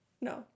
No